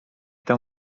tam